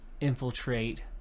Infiltrate